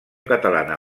catalana